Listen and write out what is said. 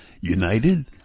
united